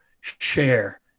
share